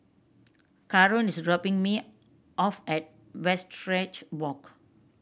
Karon is dropping me off at Westridge Walk